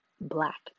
black